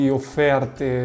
offerte